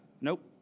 Nope